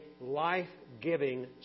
life-giving